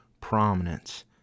prominence